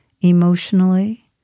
emotionally